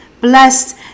Blessed